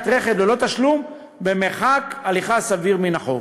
רכב ללא תשלום במרחק הליכה סביר מן החוף".